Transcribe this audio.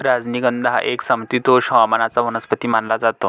राजनिगंध हा एक समशीतोष्ण हवामानाचा वनस्पती मानला जातो